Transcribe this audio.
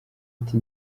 ati